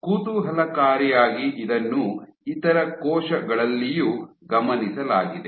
ಕುತೂಹಲಕಾರಿಯಾಗಿ ಇದನ್ನು ಇತರ ಕೋಶಗಳಲ್ಲಿಯೂ ಗಮನಿಸಲಾಗಿದೆ